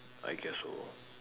I guess so